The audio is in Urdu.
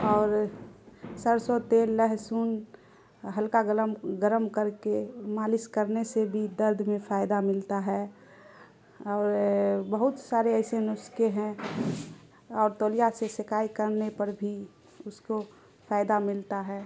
اور سرسوں تیل لہسن ہلکا گرم گرم کر کے مالش کرنے سے بھی درد میں فائدہ ملتا ہے اور بہت سارے ایسے نسخے ہیں اور تولیا سے سیکائی کرنے پر بھی اس کو فائدہ ملتا ہے